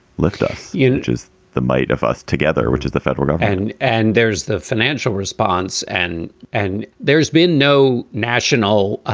lift us, you know which is the might of us together, which is the federal government and and there's the financial response. and and there has been no national.